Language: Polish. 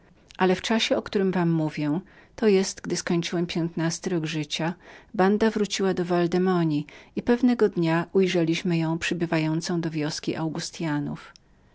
ale w czasie o którym wam mówię to jest gdy skończyłem piętnasty rok życia banda wróciła do val demoni i pewnego dnia ujrzeliśmy ją przybywającą do wioski augustynów